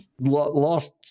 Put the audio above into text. Lost